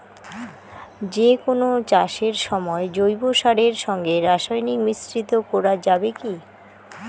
যে কোন চাষের সময় জৈব সারের সঙ্গে রাসায়নিক মিশ্রিত করা যাবে কি?